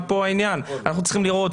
אנחנו צריכים לראות,